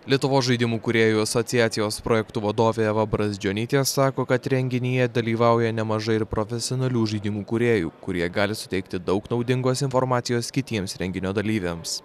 lietuvos žaidimų kūrėjų asociacijos projektų vadovė eva brazdžionytė sako kad renginyje dalyvauja nemažai ir profesionalių žaidimų kūrėjų kurie gali suteikti daug naudingos informacijos kitiems renginio dalyviams